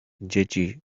dzieci